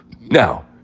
Now